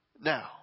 now